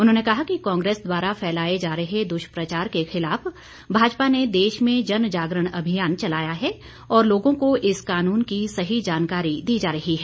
उन्होंने कहा कि कांग्रेस द्वारा फैलाए जा रहे दुष्प्रचार के खिलाफ भाजपा ने देश में जनजागरण अभियान चलाया है और लोगों को इस कानून की सही जानकारी दी जा रही है